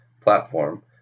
platform